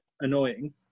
annoying